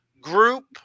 group